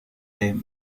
time